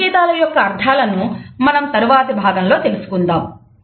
ఈ సంకేతాల యొక్క అర్థాలను మనం తరువాతి భాగంలో తెలుసుకుందాం